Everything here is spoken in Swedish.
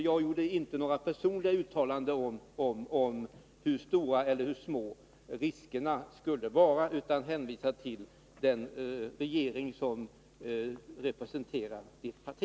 Jag gjorde inte några personliga uttalanden om hur stora eller hur små riskerna skulle vara utan hänvisade till den regering som representerar ert parti.